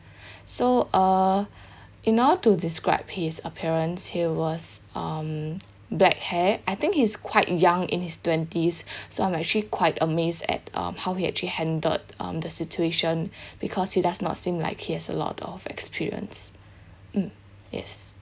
so uh in order to describe his appearance he was um black hair I think he's quite young in his twenties so I'm actually quite amazed at um how he actually handled um the situation because he does not seem like he has a lot of experience mm yes